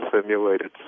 simulated